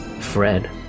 Fred